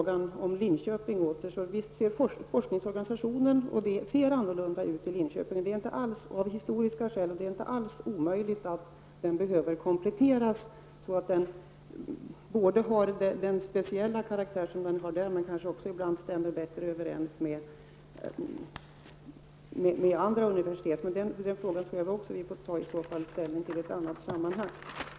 Visst ser forskningsorganisationen annorlunda ut i Linköping, av historiska skäl, och det är inte alls omöjligt att den behöver kompletteras så att den både har den speciella karaktär som den har där och också stämmer bättre överens med organisationen vid andra universitet. Men även den frågan tror jag att vi får ta ställning till i ett annat sammanhang.